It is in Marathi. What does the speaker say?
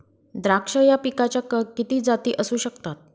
द्राक्ष या पिकाच्या किती जाती असू शकतात?